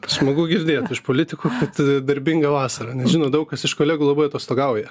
smagu girdėt iš politikų kad darbinga vasara nes žinot daug kas iš kolegų labai atostogauja